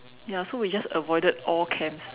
ya so we just avoided all camps